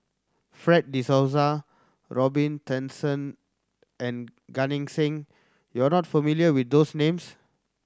Fred De Souza Robin Tessensohn and Gan Eng Seng you are not familiar with those names